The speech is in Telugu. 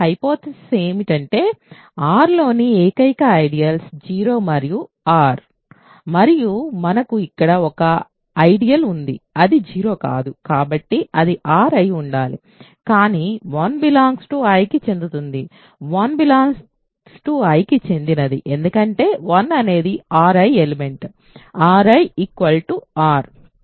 హైపోథెసిస్ ఏమిటంటే R లోని ఏకైక ఐడియల్స్ 0 మరియు R మరియు మనకు ఇక్కడ ఒక ఐడియల్ ఉంది అది 0 కాదు కాబట్టి అది R అయి ఉండాలి కానీ 1 I కి చెందుతుంది 1 I కి చెందినది ఎందుకంటే 1 అనేది RI ఎలిమెంట్ RI R